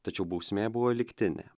tačiau bausmė buvo lygtinė